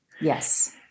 Yes